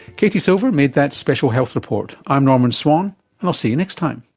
katie silver made that special health report. i'm norman swan and i'll see you next time